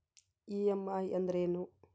EMI ಅಂದ್ರೇನು?